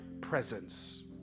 presence